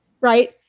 right